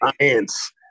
Science